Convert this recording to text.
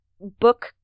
book